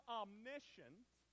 omniscient